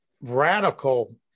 radical